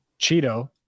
Cheeto